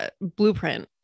blueprint